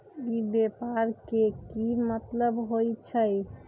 ई व्यापार के की मतलब होई छई?